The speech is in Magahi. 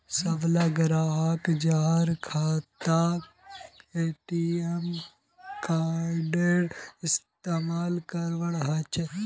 सबला ग्राहक जहार खाता बैंकत छ ए.टी.एम कार्डेर इस्तमाल करवा सके छे